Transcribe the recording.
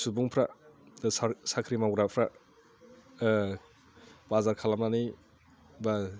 सुबुंफ्रा साख्रि मावग्राफ्रा बाजार खालामनानै बा